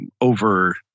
over